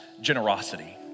generosity